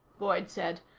boyd said.